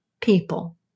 people